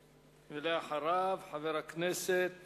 אחריו, חבר הכנסת